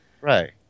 Right